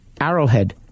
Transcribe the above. Arrowhead